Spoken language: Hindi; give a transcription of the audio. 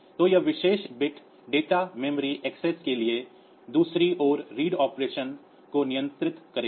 तो यह विशेष बिट डेटा मेमोरी एक्सेस के लिए दूसरी ओर रीड ऑपरेशन को नियंत्रित करेगा